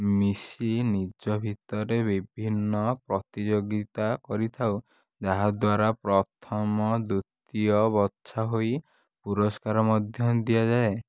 ମିଶି ନିଜ ଭିତରେ ବିଭିନ୍ନ ପ୍ରତିଯୋଗିତା କରିଥାଉ ଯାହାଦ୍ୱାରା ପ୍ରଥମ ଦ୍ଵିତୀୟ ବଛା ହୋଇ ପୁରସ୍କାର ମଧ୍ୟ ଦିଆଯାଏ